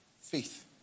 Faith